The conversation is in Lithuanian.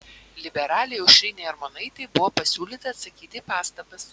liberalei aušrinei armonaitei buvo pasiūlyta atsakyti į pastabas